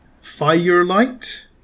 firelight